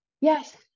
Yes